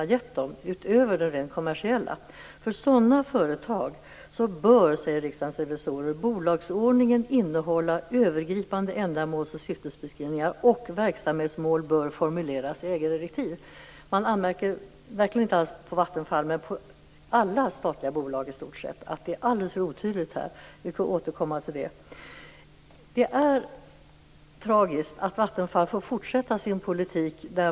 Riksdagens revisorer säger: För sådana företag bör bolagsordningen innehålla övergripande ändamåls och syftesbeskrivningar, och verksamhetsmål bör formuleras i ägardirektiv. Man anmärker verkligen inte på Vattenfall, utan det handlar om i stort sett alla statliga bolag. Det är alldeles för otydligt här. Detta får vi återkomma till. Det är tragiskt att Vattenfall får fortsätta med sin politik.